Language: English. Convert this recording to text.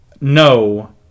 No